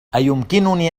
أيمكنني